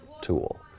tool